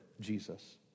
Jesus